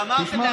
גמרתם להטיף.